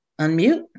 unmute